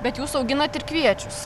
bet jūs auginat ir kviečius